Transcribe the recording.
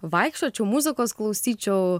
vaikščiočiau muzikos klausyčiau